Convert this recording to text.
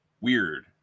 weird